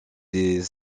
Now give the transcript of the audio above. des